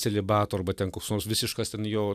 celibato arba ten koks nors visiškas ten jo